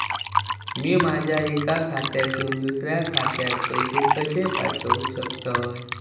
मी माझ्या एक्या खात्यासून दुसऱ्या खात्यात पैसे कशे पाठउक शकतय?